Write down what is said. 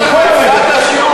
אל תעשה לנו את זה,